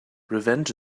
revenge